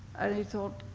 and he thought,